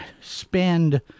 spend